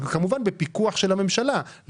כמובן בפיקוח של הממשלה,